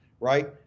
right